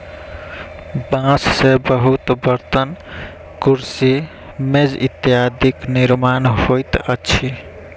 बांस से बहुत बर्तन, कुर्सी, मेज इत्यादिक निर्माण होइत अछि